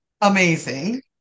amazing